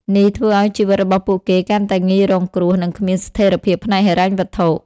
នេះធ្វើឱ្យជីវិតរបស់ពួកគេកាន់តែងាយរងគ្រោះ និងគ្មានស្ថិរភាពផ្នែកហិរញ្ញវត្ថុ។